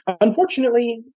Unfortunately